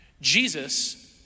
Jesus